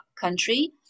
country